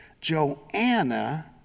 Joanna